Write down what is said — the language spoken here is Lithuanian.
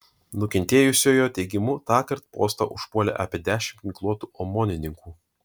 nukentėjusiojo teigimu tąkart postą užpuolė apie dešimt ginkluotų omonininkų